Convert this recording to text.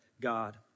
God